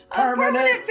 permanent